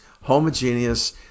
homogeneous